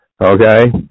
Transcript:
Okay